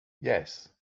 yes